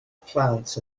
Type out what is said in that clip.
plant